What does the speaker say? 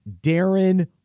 Darren